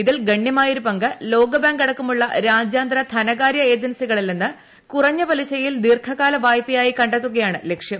ഇതിൽ ഗണ്യമായൊരു പങ്ക് ലോകബാങ്ക് അടക്കമുളള രാജ്യാന്തര ധനകാര്യ ഏജൻസികളിൽ നിന്ന് കുറഞ്ഞ പലിശയിൽ ദീർഘകാല വായ്പയായി കണ്ടെത്തുകയാണ് ലക്ഷ്യം